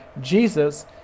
Jesus